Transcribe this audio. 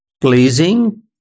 pleasing